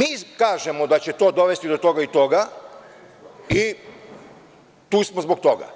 Mi kažemo da će to dovesti do toga i toga i tu smo zbog toga,